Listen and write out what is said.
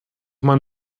man